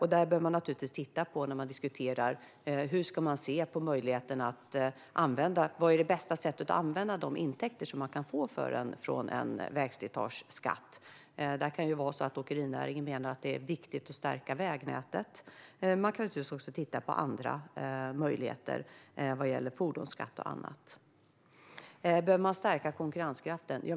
Detta behöver man naturligtvis titta på när man diskuterar vilket som är det bästa sättet att använda de intäkter som man kan få från en vägslitageskatt. Det kan ju vara så att åkerinäringen menar att det är viktigt att stärka vägnätet. Man kan naturligtvis också titta på andra möjligheter vad gäller till exempel fordonsskatt. Behöver man stärka konkurrenskraften?